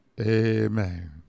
Amen